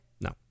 No